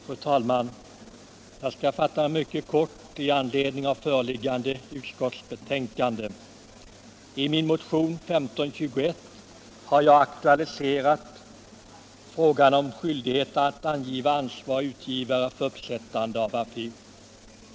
Fru talman! Jag skall fatta mig mycket kort i anledning av föreliggande utskottsbetänkande. I min motion 1521 har jag aktualiserat frågan om skyldigheten att angiva ansvarig utgivare för uppsättande av affisch.